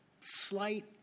slight